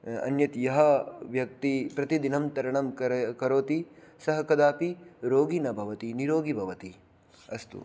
अन्यत् यः व्यक्तिः प्रतिदिनं तरणं कर् करोति सः कदापि रोगी न भवति निरोगी भवति अस्तु